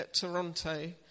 Toronto